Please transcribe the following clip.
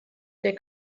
der